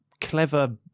clever